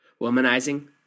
womanizing